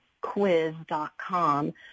quiz.com